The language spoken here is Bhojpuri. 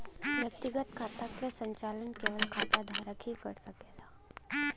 व्यक्तिगत खाता क संचालन केवल खाता धारक ही कर सकला